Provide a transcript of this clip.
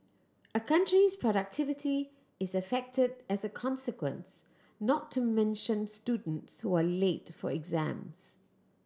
a country's productivity is affected as a consequence not to mention students who are late for exams